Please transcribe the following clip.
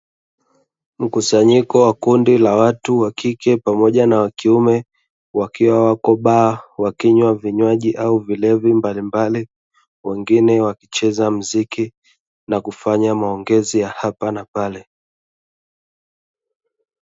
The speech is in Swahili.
mkusanyiko wa kundi la watu wa kike pamoja na wakiume, wakiwa wako baa, wakinywa vinywaji au vilevi mbalimbali, wengine wakicheza muziki na kufanya mazungumzo ya hapa na pale.